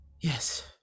Yes